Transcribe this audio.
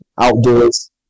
outdoors